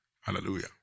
Hallelujah